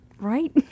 Right